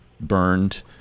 burned